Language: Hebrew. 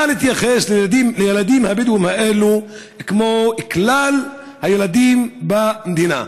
נא להתייחס לילדים הבדואים האלה כמו לכלל הילדים במדינה.